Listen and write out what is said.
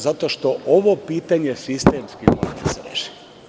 Zato što ovo pitanje sistemski mora da se reši.